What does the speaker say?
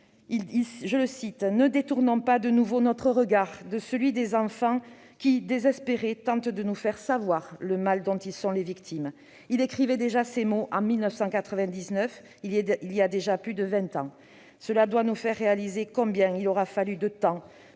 Il explique :« Ne détournons pas de nouveau notre regard de celui des enfants, qui, désespérés, tentent de nous faire savoir le mal dont ils sont les victimes. » Il écrivait ces mots en 1999, voilà plus de vingt ans. Cela doit nous faire réaliser combien il aura fallu de temps